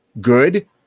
good